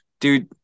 dude